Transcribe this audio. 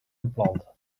gepland